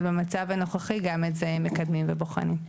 אבל במצב הנוכחי גם את זה מקדמים ובוחנים.